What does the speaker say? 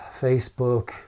Facebook